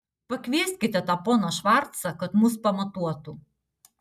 pakvieskite tą poną švarcą kad mus pamatuotų